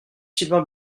sylvain